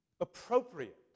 appropriate